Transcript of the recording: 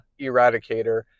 Eradicator